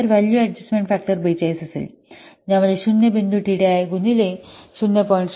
तर value adjustment factor 42 असेल ज्यामध्ये शून्य बिंदू टीडीआय गुणिले 0